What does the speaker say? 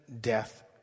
death